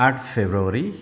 आठ फब्रुअरी